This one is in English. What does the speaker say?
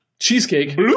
Cheesecake